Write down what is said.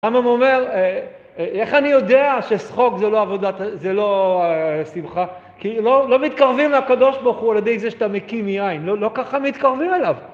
הרמב"ם אומר, איך אני יודע ששחוק זה לא עבודת, זה לא שמחה? כי לא מתקרבים לקדוש ברוך הוא על ידי זה שאתה מקיא מיין, לא ככה מתקרבים אליו.